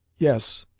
yes,